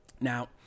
Now